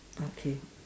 okay